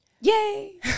Yay